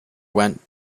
went